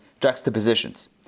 juxtapositions